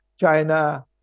China